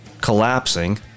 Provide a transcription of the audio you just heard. collapsing